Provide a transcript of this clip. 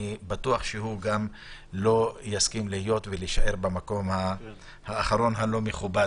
אני בטוח שהוא גם לא יסכים להיות ולהיות במקום האחרון הלא מכובד.